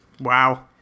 Wow